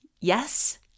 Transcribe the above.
yes